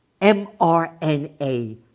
mRNA